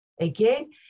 Again